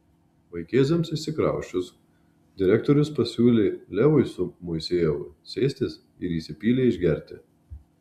vaikėzams išsikrausčius direktorius pasiūlė levui su moisejevu sėstis ir įsipylė išgerti